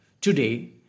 Today